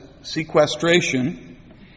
sequestration